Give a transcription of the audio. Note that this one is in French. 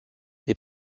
des